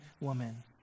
woman